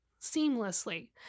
seamlessly